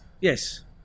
Yes